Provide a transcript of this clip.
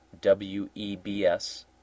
W-E-B-S